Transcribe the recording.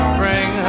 bring